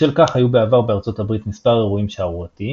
בשל כך היו בעבר בארצות הברית מספר אירועים שערורייתיים,